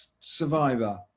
survivor